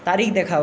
তারিখ দেখাও